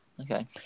okay